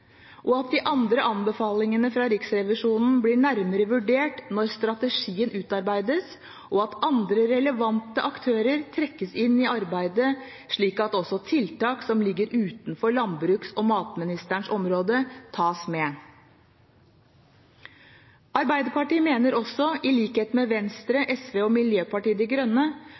at de andre anbefalingene fra Riksrevisjonen blir nærmere vurdert når strategien utarbeides, og at andre relevante aktører trekkes inn i arbeidet, slik at også tiltak som ligger utenfor landbruks- og matministerens område, tas med. Arbeiderpartiet mener også – i likhet med Venstre, SV og Miljøpartiet De Grønne